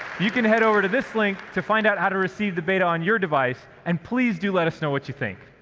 you can head over to this link to find out how to receive the beta on your device, and please do let us know what you think.